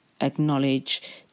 acknowledge